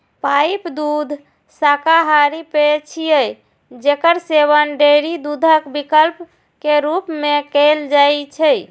pipe दूध शाकाहारी पेय छियै, जेकर सेवन डेयरी दूधक विकल्प के रूप मे कैल जाइ छै